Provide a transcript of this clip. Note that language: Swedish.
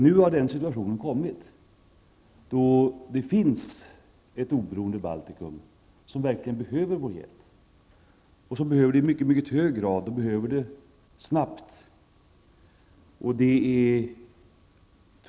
Nu har den situation kommit då det finns ett oberoende Baltikum som verkligen behöver vår hjälp och som behöver de i mycket hög grad och snabbt.